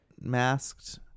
masked